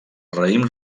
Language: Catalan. raïm